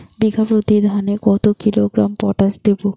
বিঘাপ্রতি ধানে কত কিলোগ্রাম পটাশ দেবো?